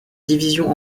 division